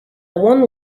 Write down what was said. one